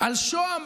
על שוהם,